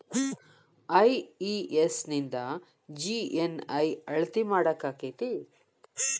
IES ನಿಂದ GNI ಅಳತಿ ಮಾಡಾಕಕ್ಕೆತಿ?